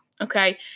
okay